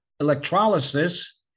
electrolysis